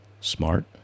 smart